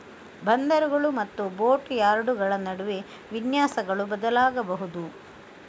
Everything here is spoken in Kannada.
ಬಂದರುಗಳು ಮತ್ತು ಬೋಟ್ ಯಾರ್ಡುಗಳ ನಡುವೆ ವಿನ್ಯಾಸಗಳು ಬದಲಾಗಬಹುದು